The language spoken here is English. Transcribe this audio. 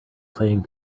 playing